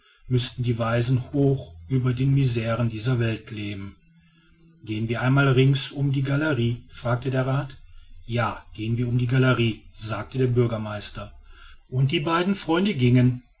müßten die weisen hoch über den misren dieser welt leben gehen wir einmal rings um die galerie fragte der rath ja gehen wir um die galerie sagte der bürgermeister und die beiden freunde gingen